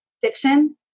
fiction